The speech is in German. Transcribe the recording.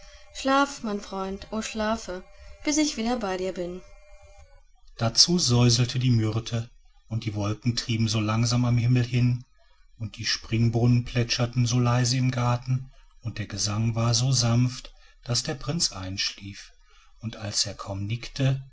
schlaf mein freund o schlafe bis ich wieder bei dir bin dazu säuselte die myrte und die wolken trieben so langsam am himmel hin und die springbrunnen plätscherten so leise im garten und der gesang war so sanft daß der prinz einschlief und als er kaum nickte